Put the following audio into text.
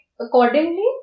accordingly